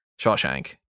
Shawshank